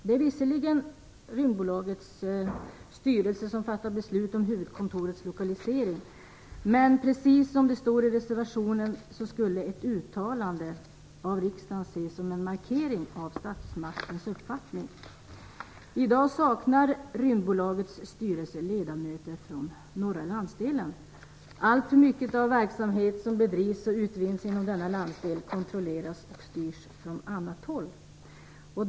Det är visserligen Rymdbolagets styrelse som fattar beslut om huvudkontorets lokalisering, men precis som det står i reservationen skulle ett uttalande av riksdagen ses som en markering av statsmaktens uppfattning. I dag saknar Rymdbolagets styrelse ledamöter från den norra landsdelen. Alltför mycket av verksamhet som bedrivs och av utvinning i denna landsdel kontrolleras och styrs från annat håll.